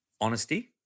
honesty